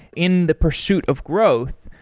in the pursuit of growth,